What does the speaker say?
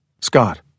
Scott